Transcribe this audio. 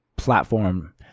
platform